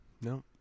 No